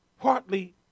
partly